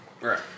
Right